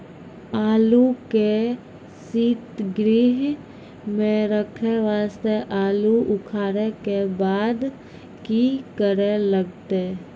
आलू के सीतगृह मे रखे वास्ते आलू उखारे के बाद की करे लगतै?